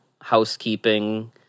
housekeeping